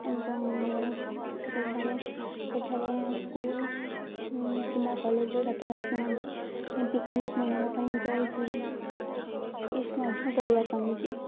ଏବଂ ସେଠାରେ ସେଠାରେ ସ୍କୁଲ୍ କିମ୍ବା କଲେଜ୍ର ଛାତ୍ର ଛାତ୍ରୀମାନେ ପିକନିକ୍ ମନେଇବା ପାଇଁ ଯାଇକି ଫିଷ୍ଟ୍ ମଧ୍ୟ କରିଆସନ୍ତି